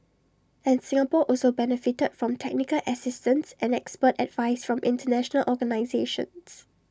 and Singapore also benefited from technical assistance and expert advice from International organisations